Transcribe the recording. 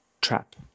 trap